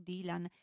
Dylan